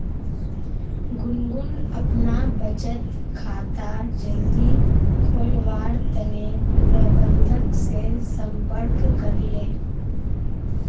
गुनगुन अपना बचत खाता जल्दी खोलवार तने प्रबंधक से संपर्क करले